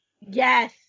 Yes